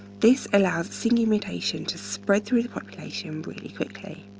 this allows single mutation to spread through the population really quickly.